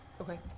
Okay